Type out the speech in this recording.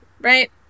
right